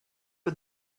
for